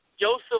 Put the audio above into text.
Joseph